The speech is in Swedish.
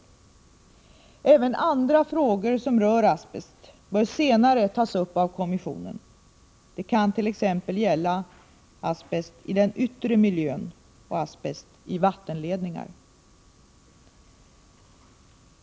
Även andra frågor som rör asbest bör senare tas upp av kommissionen. Det kan t.ex. gälla asbest i den yttre miljön och asbest i vattenledningar.